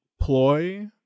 ploy